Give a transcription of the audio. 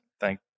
thank